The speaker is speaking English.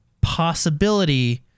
possibility